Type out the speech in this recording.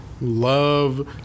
love